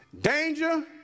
danger